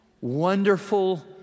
wonderful